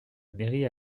mairie